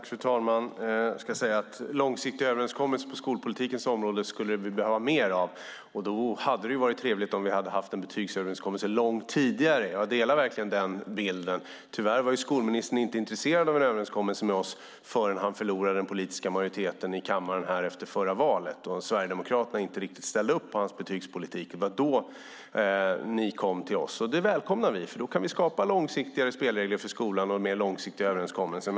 Fru talman! Långsiktiga överenskommelser inom skolpolitikens område skulle vi behöva mer av. Det hade varit trevligt om vi haft en betygsöverenskommelse långt tidigare. Jag delar verkligen den bilden. Tyvärr var skolministern inte intresserad av en överenskommelse med oss förrän han förlorade den politiska majoriteten i kammaren efter förra valet och Sverigedemokraterna inte riktigt ställde upp på hans betygspolitik. Det var då ni kom till oss. Det välkomnar vi, för det gör att vi kan skapa långsiktigare spelregler för skolan och en långsiktigare överenskommelse.